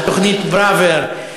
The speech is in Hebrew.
על תוכנית פראוור.